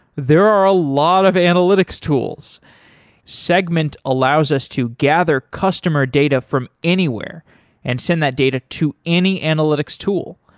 there are a lot of analytics tools segment allows us to gather customer data from anywhere and send that data to any analytics tool.